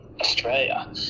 Australia